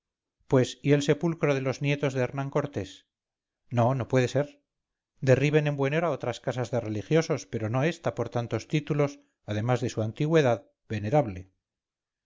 pues y el sepulcro de los nietos de hernán-cortés no no puede ser derriben en buen hora otras casas de religiosos pero no esta por tantos títulos además de su antigüedad venerable